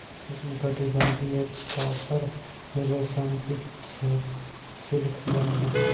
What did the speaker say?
उष्णकटिबंधीय तसर रेशम कीट से सिल्क बनेला